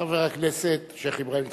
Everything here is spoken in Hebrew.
חבר הכנסת שיח' אברהים צרצור.